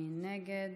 מי נגד?